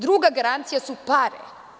Druga garancija su pare.